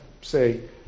say